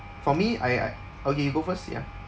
for me I I okay you go first ya